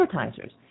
advertisers